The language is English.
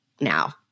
now